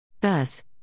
Thus